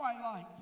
twilight